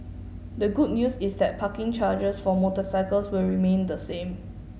the good news is that parking charges for motorcycles will remain the same